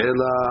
Ela